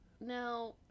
Now